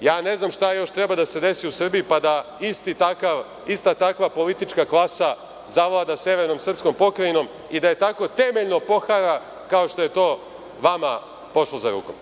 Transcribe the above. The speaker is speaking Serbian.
ja ne znam šta još treba da se desi u Srbiji pa da ista takva politička klasa zavlada severnom srpskom pokrajinom i da tako temeljno pohara, kao što je to vama pošlo za rukom.